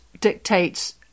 dictates